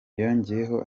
yongeyeho